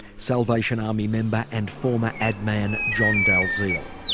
salvation army member and former ad man john dalziel.